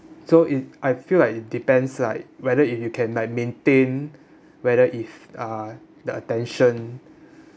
so it I feel like it depends like whether if you can like maintain whether if uh the attention